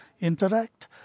interact